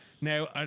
Now